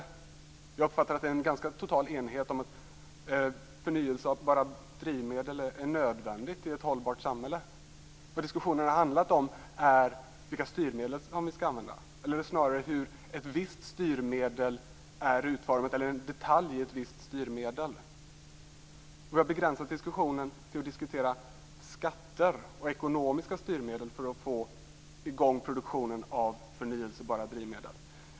Jag uppfattar att det är en ganska total enighet om att förnybara drivmedel är nödvändiga i ett hållbart samhälle. Vad diskussionen har handlat om är vilka styrmedel vi skall använda, eller snarare hur ett visst styrmedel är utformat - eller en detalj i ett visst styrmedel. Vi har begränsat diskussionen till att handla om skatter och ekonomiska styrmedel för att få i gång produktionen av förnybara drivmedel.